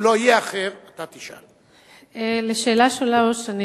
אם לא יהיה אחר, אתה תשאל.